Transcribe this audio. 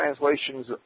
translations